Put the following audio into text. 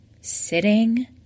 sitting